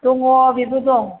दङ बेबो दं